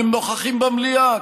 הם נוכחים במליאה.